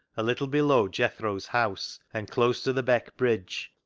a little below jethro's house and close to the beck bridge.